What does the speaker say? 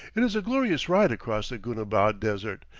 it is a glorious ride across the goonabad desert,